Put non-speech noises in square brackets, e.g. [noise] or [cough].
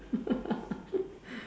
[laughs]